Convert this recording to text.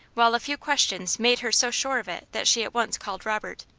while a few questions made her so sure of it that she at once called robert.